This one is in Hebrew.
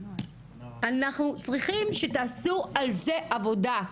אנחנו צריכים שתעשו על זה עבודה,